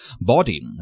body